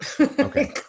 okay